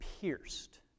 pierced